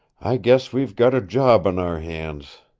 i guess we've got a job on our hands.